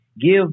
give